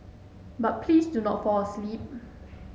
but please do not fall asleep